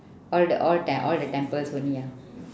all the all te~ all the temples only ah